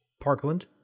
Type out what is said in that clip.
Parkland